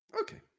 okay